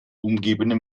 umgebende